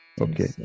Okay